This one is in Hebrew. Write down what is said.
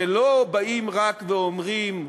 שלא באים רק ואומרים: